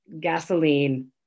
gasoline